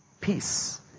Peace